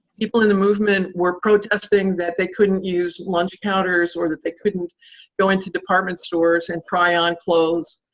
people in the movement were protesting that they couldn't use lunch counters or that they couldn't go into department stores and try on clothes,